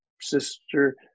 sister